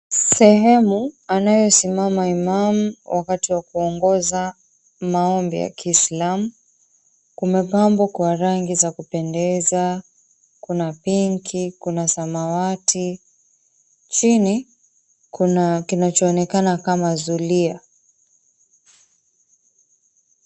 Sehemu anayosimama imamu wakati wa kuongoza maombi ya kiislamu kumepambwa kwa rangi za kupendeza kuna pinki kuna samawati chini kuna kinachoonekana kama zulia.